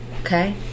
Okay